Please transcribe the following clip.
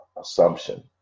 assumption